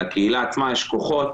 לקהילה עצמה יש כוחות